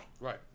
Right